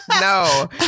no